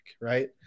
Right